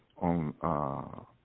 on